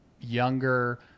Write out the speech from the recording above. younger